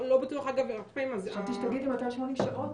לא בטוח, הרבה פעמים --- חשבתי שתגידי 280 שעות.